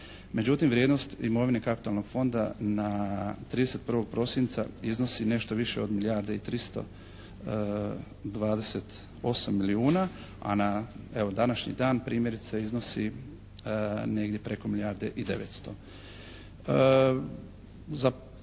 Međutim vrijednost imovine kapitalnog fonda na 31. prosinca iznosi nešto više od milijarde i 328 milijuna, a na, evo današnji dan primjerice iznosi negdje preko milijarde i 900.